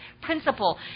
principle